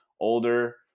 older